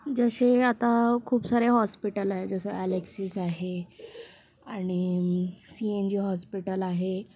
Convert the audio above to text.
जसे आता खूप सारे हॉस्पिटल आहे जसं ॲलेक्सिस आहे आणि सी एन जी हॉस्पिटल आहे